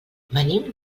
venim